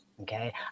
okay